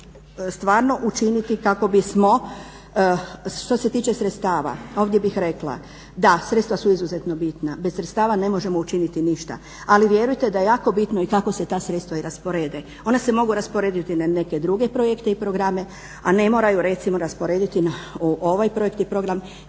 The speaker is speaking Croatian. učiniti kako bismo što se tiče sredstava ovdje bih rekla da sredstva su izuzetno bitna, bez sredstava ne možemo učiniti ništa, ali vjerujte da je jako bitno i kako se ta sredstva i rasporede. Ona se mogu rasporediti na neke druge projekte i programe a ne moraju recimo rasporediti u ovaj projektni program